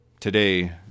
Today